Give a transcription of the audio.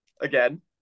Again